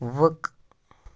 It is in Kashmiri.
وَق